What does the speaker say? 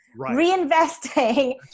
Reinvesting